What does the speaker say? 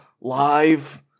live